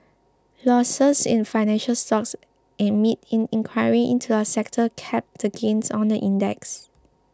losses in financial stocks amid an inquiry into the sector capped the gains on the index